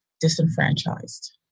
disenfranchised